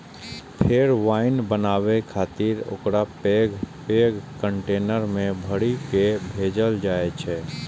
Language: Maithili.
फेर वाइन बनाबै खातिर ओकरा पैघ पैघ कंटेनर मे भरि कें भेजल जाइ छै